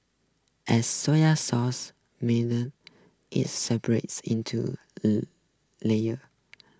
as so ya sauce make the it separates into layers